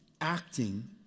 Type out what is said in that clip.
acting